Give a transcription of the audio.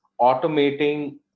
automating